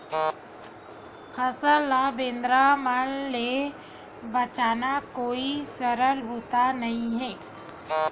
फसल ल बेंदरा मन ले बचाना कोई सरल बूता नइ हे